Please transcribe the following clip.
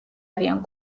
არიან